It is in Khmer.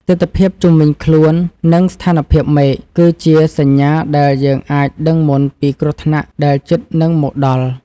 ទិដ្ឋភាពជុំវិញខ្លួន និងស្ថានភាពមេឃ គឺជាសញ្ញាដែលយើងអាចដឹងមុនពីគ្រោះថ្នាក់ដែលជិតនឹងមកដល់។